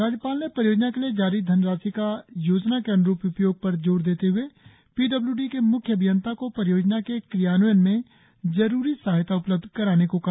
राज्यपाल ने परियोजना के लिए जारी धनराशि का योजना के अन्रुप उपयोग पर जोर देते हुए पी डब्लू डी के मुख्य अभियंता को परियोजना के क्रियान्वयन में जरुरी सहायता उपलब्ध कराने को कहा